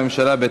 מטעם הממשלה,